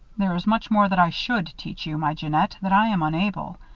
there is much more that i should teach you, my jeannette, that i am unable.